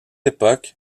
époque